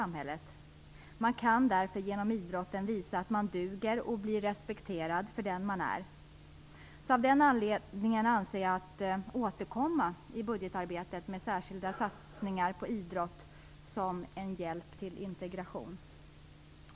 Man kan därför genom idrotten visa att man duger och bli respekterad som man är. Med anledning av detta avser jag att återkomma i budgetarbetet med krav på särskilda satsningar på idrott som en hjälp till integration.